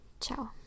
Ciao